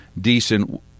decent